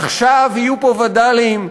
עכשיו יהיו פה וד"לים,